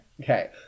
Okay